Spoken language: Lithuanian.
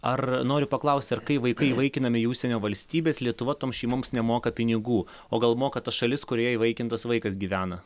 ar noriu paklausti ar kai vaikai įvaikinami į užsienio valstybes lietuva toms šeimoms nemoka pinigų o gal moka ta šalis kurioje įvaikintas vaikas gyvena